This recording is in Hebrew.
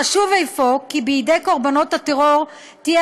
חשוב אפוא כי בידי קורבנות הטרור תהיה